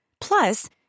Plus